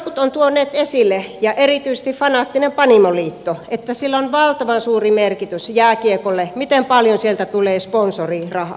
jotkut ovat tuoneet esille ja erityisesti fanaattinen panimoliitto että sillä on valtavan suuri merkitys jääkiekolle miten paljon sieltä tulee sponsorirahaa